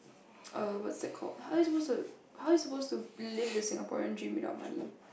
err what's that called how are you supposed to how are you supposed to live the Singaporean dream without money